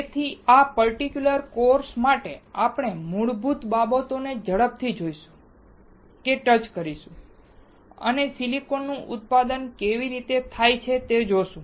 તેથી આ particular course માટે આપણે મૂળભૂત બાબતોને ઝડપથી જોઈશું કે ટચ કરીશું અને સિલિકોન નું ઉત્પાદન કેવી રીતે થાય છે તે જોશું